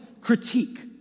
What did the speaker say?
critique